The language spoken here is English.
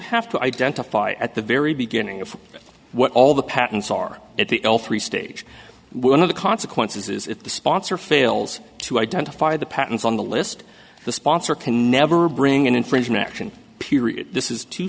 have to identify at the very beginning of what all the patents are at the l three stage one of the consequences is if the sponsor fails to identify the patents on the list the sponsor can never bring an infringement action period this is t